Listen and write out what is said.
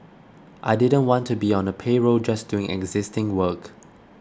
I didn't want to be on a payroll just doing existing work